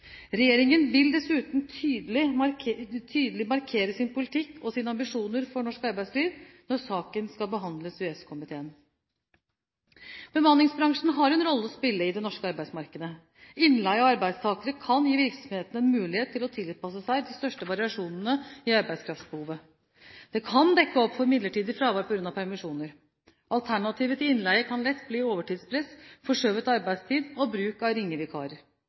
Regjeringen vil dessuten tydelig markere sin politikk og sine ambisjoner for norsk arbeidsliv når saken skal behandles i EØS-komiteen. Bemanningsbransjen har en rolle å spille i det norske arbeidsmarkedet. Innleie av arbeidstakere kan gi virksomhetene en mulighet til å tilpasse seg de største variasjonene i arbeidskraftbehovet. Det kan dekke opp for midlertidig fravær på grunn av permisjoner. Alternativet til innleie kan lett bli overtidspress, forskjøvet arbeidstid og bruk av ringevikarer.